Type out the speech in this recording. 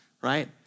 right